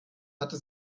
hatte